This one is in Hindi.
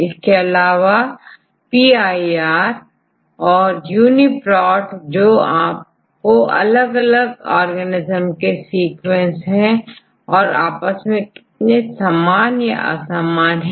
इसके अलावाPIR औरUni Port तो यदि आपके पास अलग अलग जीवो के सीक्वेंस है तो यह आपस में कितने समान या असमान है